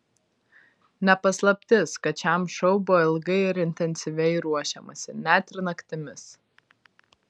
ne paslaptis kad šiam šou buvo ilgai ir intensyviai ruošiamasi net ir naktimis